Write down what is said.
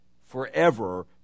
forever